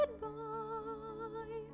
goodbye